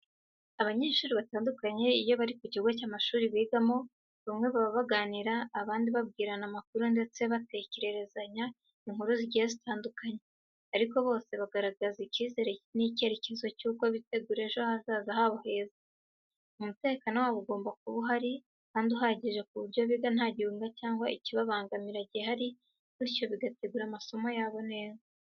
Abanyeshuri batandukanye iyo bari mu kigo cy’amashuri bigamo, bamwe baba baganira, abandi babwirana amakuru ndetse batekererezanya inkuru zigiye zitandukanye ariko bose bagaragaza ikizere n’icyerekezo cy'uko bategura ejo hazaza habo heza. Umutekano wabo ugomba kuba uhari kandi uhagije ku buryo biga nta gihunga cyangwa ikibabangamira gihari bityo bagategura amasomo yabo neza.